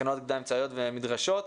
מכינות קדם צבאיות ומדרשות.